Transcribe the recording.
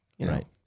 Right